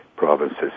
provinces